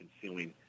concealing